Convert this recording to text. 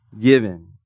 given